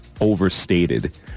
overstated